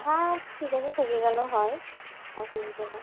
হ্যাঁ ঠিক আছে থেকে গেলেও হয় অসুবিধা নাই